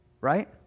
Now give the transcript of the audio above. Right